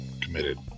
committed